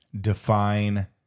define